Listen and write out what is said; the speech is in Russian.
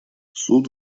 суд